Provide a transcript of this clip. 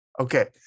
Okay